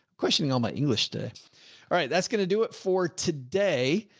questioning all my english to all right. that's going to do it for today.